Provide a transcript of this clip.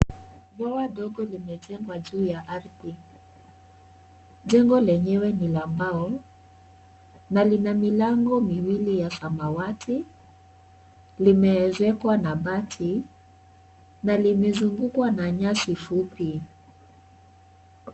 Bwawa ndogo limejengwa juu ya ardhi. Jengo lenyewe ni la mbao na lina milango miwili ya samawati limeezekwa na bati na limezungukwa na nyasi fupi.